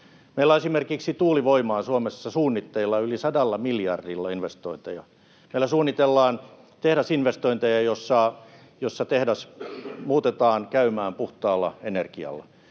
Meillä on esimerkiksi tuulivoimaan Suomessa suunnitteilla yli 100 miljardilla investointeja. Meillä suunnitellaan tehdasinvestointeja, joissa tehdas muutetaan käymään puhtaalla energialla.